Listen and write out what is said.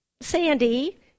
Sandy